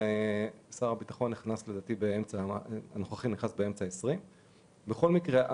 שר הביטחון הנוכחי נכנס לתפקידו באמצע 2020. בכל מקרה,